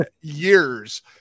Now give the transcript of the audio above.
years